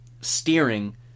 steering